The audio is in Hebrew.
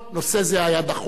נושא זה היה דחוף,